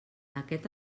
aquest